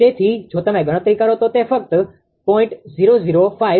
તેથી જો તમે ગણતરી કરો તો તે ફક્ત 0